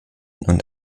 und